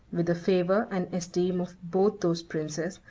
with the favor and esteem of both those princes,